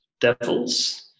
devils